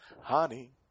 honey